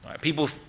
People